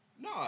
No